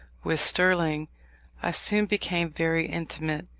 with sterling i soon became very intimate,